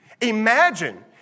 Imagine